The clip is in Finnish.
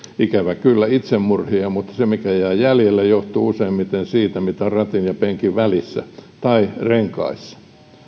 ikävä kyllä itsemurhia mutta se mikä jää jäljelle johtuu useimmiten siitä mitä on ratin ja penkin välissä tai renkaissa